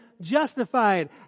justified